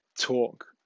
talk